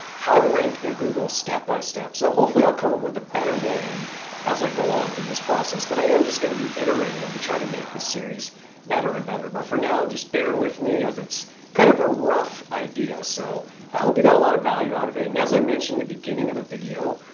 how to rank in google step by step. so hopefully i'll come up with a better name as i like go on through this process. but i am just gonna be iterating to try to make this series better and better. but for now, just bare with me as it's kind of a rough idea. so i hope you got a lot of value out of it. and as i mentioned at the beginning of the video,